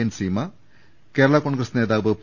N Seema Kerala Congress നേതാവ് P